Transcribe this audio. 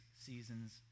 seasons